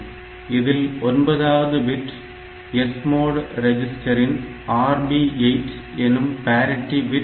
இதில் ஒன்பதாவது bit SMOD ரெஜிஸ்டரின் RB8 எனும் பாரிட்டி பிட் ஆகும்